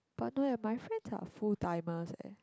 but no eh my friends are full timers eh